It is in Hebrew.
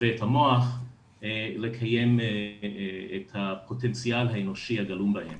והמוח לקיים את הפוטנציאל האנושי הגלום בהם.